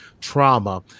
trauma